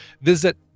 Visit